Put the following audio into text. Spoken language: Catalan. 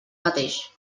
mateix